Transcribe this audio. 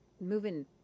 moving